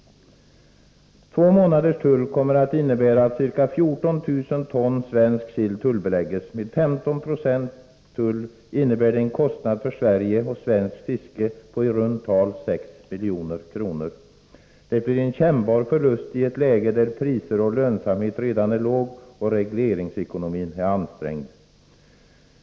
Två månaders tull kommer att innebära att ca 14 000 ton svensk sill tullbeläggs. Med 15 96 tull innebär det en kostnad för Sverige och svenskt fiske på i runt tal 6 milj.kr. Det blir en kännbar förlust i ett läge där priserna och lönsamheten redan är låga och regleringsekonomin ansträngd.